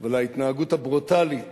ועל ההתנהגות הברוטלית